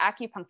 acupuncture